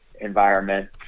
environment